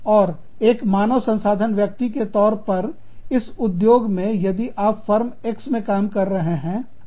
और एक मानव संसाधन व्यक्ति के तौर पर इस उद्योग में यदि आप फर्म X कार्य कर रहे हैं